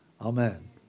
amen